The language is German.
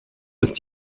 ist